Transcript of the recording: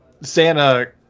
Santa